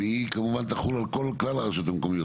והיא, כמובן, תחול על כלל הרשויות המקומיות.